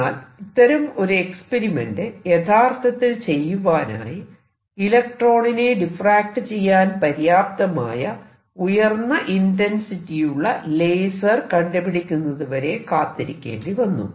എന്നാൽ ഇത്തരം ഒരു എക്സ്പെരിമെന്റ് യഥാർത്ഥത്തിൽ ചെയ്യുവാനായി ഇലക്ട്രോണിനെ ഡിഫ്റാക്ട് ചെയ്യാൻ പര്യാപ്തമായ ഉയർന്ന ഇന്റൻസിറ്റിയുള്ള ലേസർ കണ്ടുപിടിക്കുന്നതുവരെ കാത്തിരിക്കേണ്ടി വന്നു